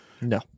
no